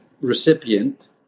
recipient